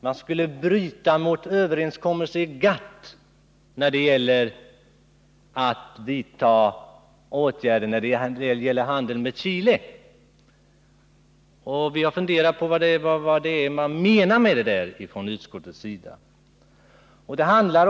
Man skulle bryta mot överenskommelser i GATT, om man vidtar åtgärder mot handeln med Chile. Vi har funderat över vad utskottet menar med detta.